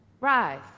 rise